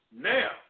now